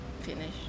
finish